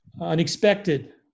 Unexpected